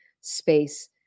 space